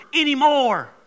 anymore